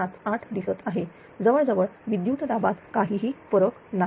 98578 दिसत आहे जवळजवळ विद्युत दाबात काहीही फरक नाही